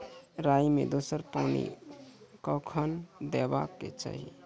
राई मे दोसर पानी कखेन देबा के चाहि?